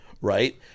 right